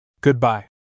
Goodbye